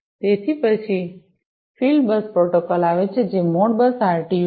તે પછી field bus protocol આવે છે જે મોડબસ આરટીયુ છે